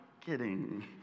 kidding